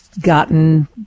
gotten